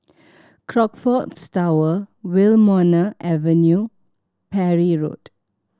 Crockfords Tower Wilmonar Avenue Parry Road